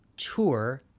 tour